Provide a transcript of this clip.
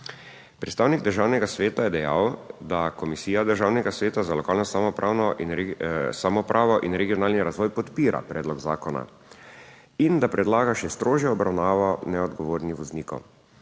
Predstavnik Državnega sveta je dejal, da Komisija Državnega sveta za lokalno samoupravo, samoupravo in regionalni razvoj podpira predlog zakona. In da predlaga še strožjo obravnavo neodgovornih voznikov.